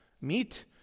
meet